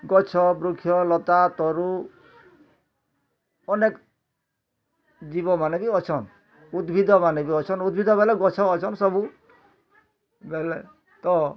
ଗଛ ବୃକ୍ଷ ଲତା ତରୁ ଅନେକ୍ ଜୀବ ମାନେ ବି ଅଛନ୍ ଉଦ୍ଭିଦ ମାନେ ବି ଅଛନ୍ ଉଦ୍ଭିଦ ବେଲେ ଗଛ ଅଛନ୍ ସବୁ ବେଲେ ତ